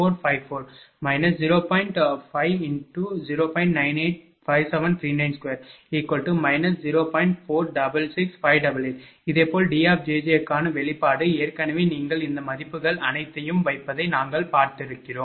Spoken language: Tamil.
466588இதேபோல் D க்கான வெளிப்பாடு ஏற்கனவே நீங்கள் இந்த மதிப்புகள் அனைத்தையும் வைப்பதை நாங்கள் பார்த்திருக்கிறோம்